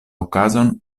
okazon